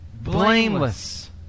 blameless